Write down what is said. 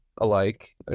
alike